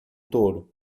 touro